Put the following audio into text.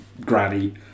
granny